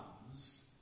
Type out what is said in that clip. comes